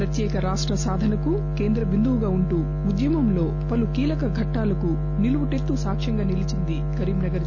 ప్రత్యేక రాష్ట సాధనకు కేంద్ర బిందువుగా ఉంటూ ఉద్యమం లో పలు కీలక ఘట్లాలకు నిలువు టే త్తు సాక్ష్యం గా నిలిచింది ఈ లోక్ సభ స్థానం